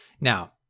Now